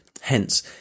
hence